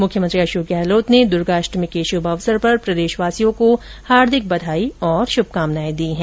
मुख्यमंत्री अशोक गहलोत ने दुर्गा अष्टमी के शुभ अवसर पर प्रदेशवासियों को हार्दिक बधाई और शुभकामनाए दी हैं